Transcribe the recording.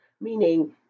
meaning